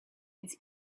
its